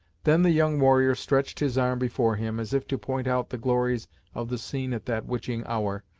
then the young warrior stretched his arm before him, as if to point out the glories of the scene at that witching hour,